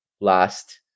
last